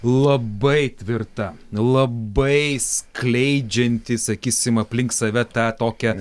labai tvirta labai skleidžianti sakysim aplink save tą tokią